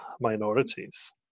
Minorities